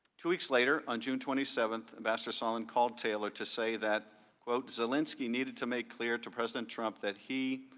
two weeks later, on june twenty seventh, ambassador sondland called taylor to say that zelensky needed to make clear to president trump that he